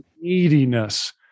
Neediness